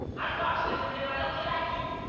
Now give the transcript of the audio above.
unfortunately, me never lucky like you.